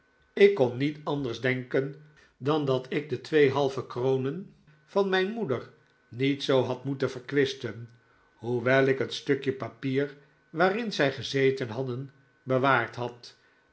ik kon niet anders denken dan dat ik de twee halve kronen van mijn moeder niet zoo had moeten verkwisten hoewel ik het stukje papier waarin zij gezeten hadden bewaard had